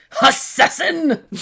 Assassin